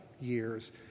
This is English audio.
years